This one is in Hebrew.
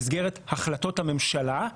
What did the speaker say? במסגרת החלטות הממשלה,